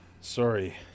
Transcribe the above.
Sorry